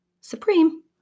supreme